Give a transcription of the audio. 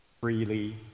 Freely